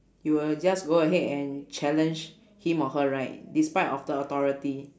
you will just go ahead and challenge him or her right despite of the authority